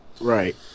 Right